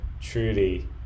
truly